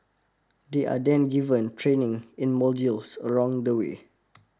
they are then given training in modules along the way